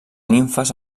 nimfes